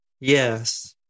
Yes